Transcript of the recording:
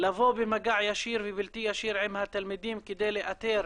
לבוא במגע ישיר ובלתי ישיר עם התלמידים, כדי לאלתר